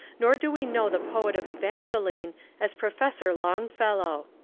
nor do we know the poet of evangeline as professor long fellow.